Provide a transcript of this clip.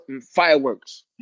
fireworks